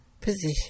position